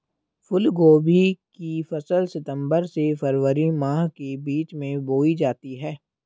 फूलगोभी की फसल सितंबर से फरवरी माह के बीच में बोई जाती है